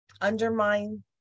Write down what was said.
undermine